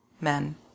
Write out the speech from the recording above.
men